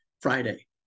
Friday